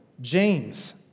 James